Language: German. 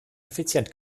effizient